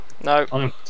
No